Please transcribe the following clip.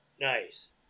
Nice